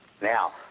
now